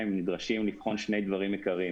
הם נדרשים לבחון שני דברים עיקריים.